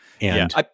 And-